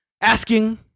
asking